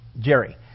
Jerry